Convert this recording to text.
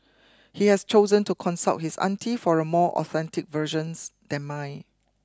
he has chosen to consult his auntie for a more authentic versions than mine